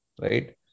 right